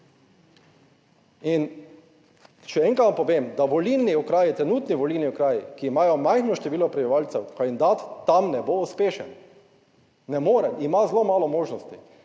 okraji, trenutni volilni okraji, ki imajo majhno število prebivalcev, kandidat tam ne bo uspešen. Ne morem, ima zelo malo možnosti.